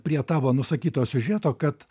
prie tavo nusakyto siužeto kad